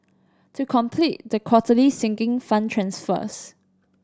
to complete the quarterly Sinking Fund transfers